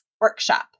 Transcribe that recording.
workshop